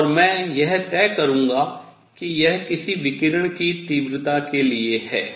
और मैं यह तय करूंगा कि यह किस विकिरण की तीव्रता के लिए है